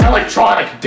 Electronic